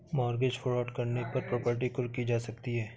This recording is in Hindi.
मॉर्गेज फ्रॉड करने पर प्रॉपर्टी कुर्क की जा सकती है